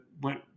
went